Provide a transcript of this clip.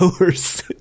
hours